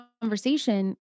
conversation